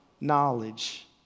knowledge